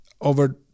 over